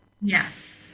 Yes